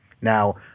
now